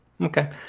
Okay